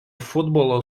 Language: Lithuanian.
futbolo